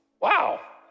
Wow